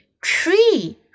tree